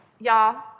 Y'all